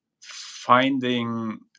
finding